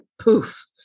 poof